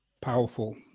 powerful